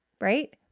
right